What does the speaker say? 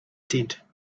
tent